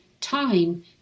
time